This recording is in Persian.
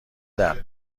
درد